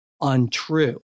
untrue